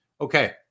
okay